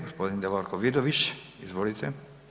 Gospodin Davorko Vidović, izvolite.